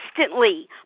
instantly